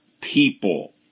people